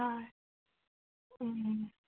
হয়